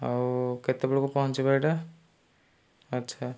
ଆଉ କେତେବେଳକୁ ପହଞ୍ଚିବ ଏଇଟା ଆଚ୍ଛା